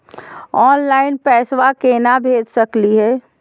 Online पैसवा केना भेज सकली हे?